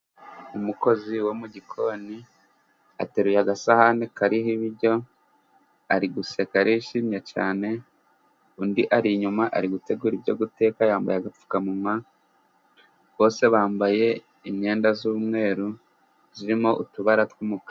Umukozi wo mugikoni ateruye agasahani kariho ibiryo, ari guseka arishimye cyane, undi ari inyuma ari gutegura ibyo guteka yambaye agapfukamunywa, bose bambaye imyenda y'umweru irimo utubara tw'umukara.